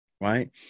right